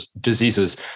diseases